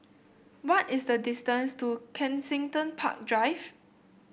what is the distance to Kensington Park Drive